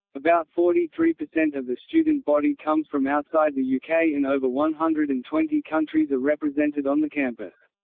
about forty three percent of the student body comes from outside the yeah uk and over one hundred and twenty countries are represented on the campus.